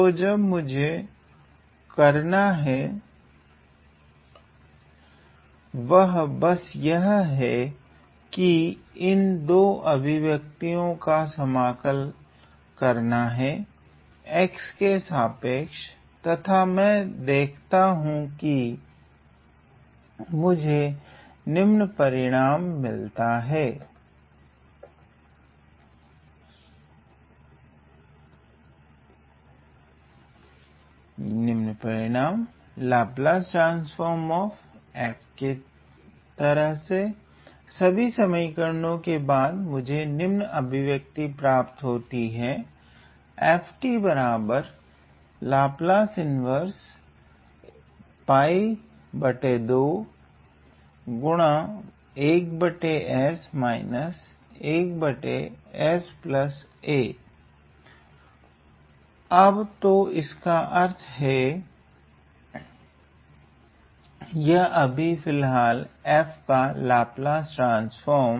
तो जो मुझे करना है वह बस यह है कि इन 2 अभिव्यक्तियों का समाकल करना है x के सापेक्ष तथा मैं देखता हु कि मुझे निम्न परिणाम मिलता हैं सभी सरलीकरणों के बाद मुझे निम्न अभिव्यक्ति प्राप्त होती हैं अब तो इसका अर्थ है यह अभी फिलहाल f का लाप्लास ट्रान्स्फ़ोर्म